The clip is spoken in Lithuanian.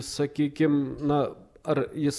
sakykim na ar jis